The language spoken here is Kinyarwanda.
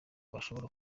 bashobora